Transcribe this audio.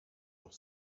noch